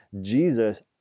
Jesus